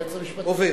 היועץ המשפטי לכנסת.